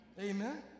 Amen